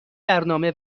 برنامه